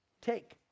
Take